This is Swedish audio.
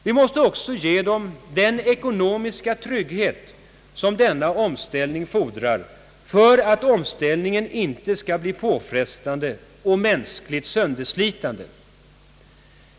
Vi måste också ge dem den ekonomiska trygghet som denna omställning fordrar för att omställningen inte skall bli påfrestande och mänskligt sönderslitande.